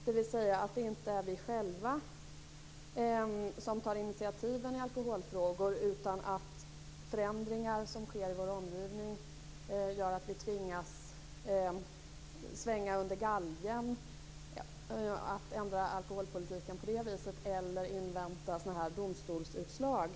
Det är inte vi själva som tar initiativen i alkoholfrågor, utan förändringar i vår omgivning gör att vi tvingas ändra alkoholpolitiken under galjen, eller så måste vi invänta domstolsutslag.